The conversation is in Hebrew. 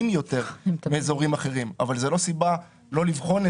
לכן אפשר להפוך את